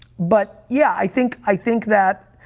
but, yeah, i think i think that